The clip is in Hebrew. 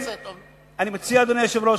אדוני היושב-ראש,